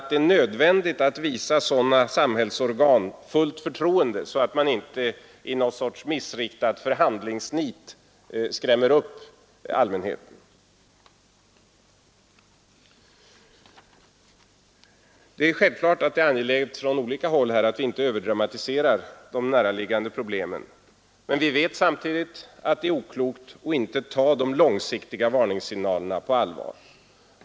Det är nödvändigt att visa sådana samhällsorgan fullt förtroende, så att man inte i missriktat förhandlingsnit skrämmer upp allmänheten. Det är naturligtvis angeläget att vi från olika håll inte överdramatiserar de näraliggande problemen. Men vi vet samtidigt att det är oklokt att inte ta de långsiktiga varningssignalerna på allvar.